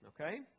Okay